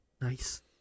Nice